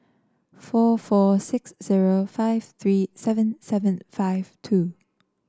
four four six zero five three seven seven five two